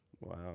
Wow